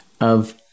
...of-